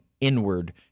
inward